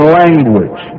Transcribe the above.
language